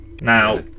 Now